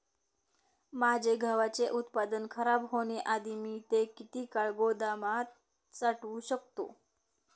माझे गव्हाचे उत्पादन खराब होण्याआधी मी ते किती काळ गोदामात साठवू शकतो?